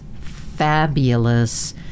fabulous